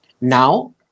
Now